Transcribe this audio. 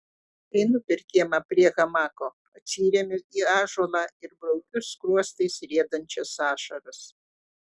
einu per kiemą prie hamako atsiremiu į ąžuolą ir braukiu skruostais riedančias ašaras